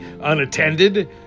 unattended